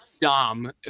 Dom